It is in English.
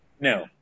No